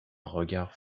regard